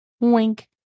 Wink